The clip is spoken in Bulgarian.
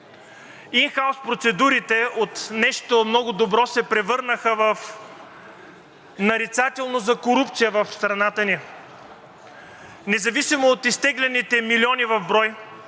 Ин хаус процедурите от нещо много добро, се превърнаха в нарицателно за корупция в страната ни. Независимо от изтеглените милиони в брой,